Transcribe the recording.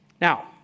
Now